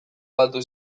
batu